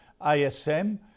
ASM